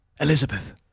Elizabeth